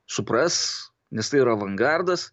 supras nes tai yra avangardas